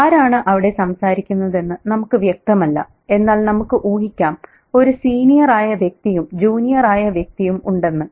ആരാണ് അവിടെ സംസാരിക്കുന്നതെന്ന് നമുക്ക് വ്യക്തമല്ല എന്നാൽ നമുക്ക് ഊഹിക്കാം ഒരു സീനിയർ ആയ വ്യക്തിയും ജൂനിയർ ആയ വ്യക്തിയും ഉണ്ടെന്ന്